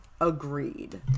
agreed